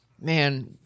Man